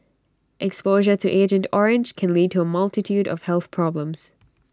exposure to agent orange can lead to A multitude of health problems